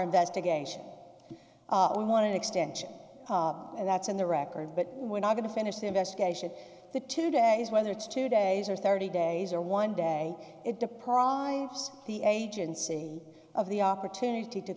investigation we want extension that's in the record but we're not going to finish the investigation the two days whether it's two days or thirty days or one day it deprives the agency of the opportunity to